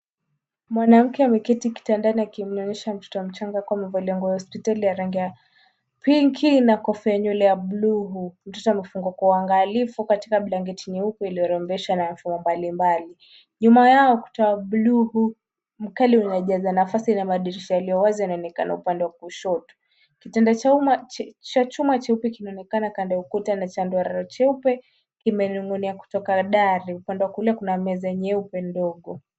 Mwanamke ameketi kitandani akimnyonyesha mtoto mchanga akiwa amevalia nguo ya hospitali ya rangi ya pinki na kofia ya nywele ya bluu. Mtoto amefungwa kwa uangalifu katika blanketi nyeupe iliyorembeshwa na mfumo mbalimbali. Nyuma yao ukuta wa bluu mkali unajaza nafasi na madirisha yaliyo wazi yanaonekana upande wa kushoto. Kitanda cha chuma cheupe kinaonekana kando ya ukuta na chandarua cheupe kimenong'onea kutoka dari. Upande wa kulia kuna meza nyeupe ndogo.